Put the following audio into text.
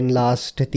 last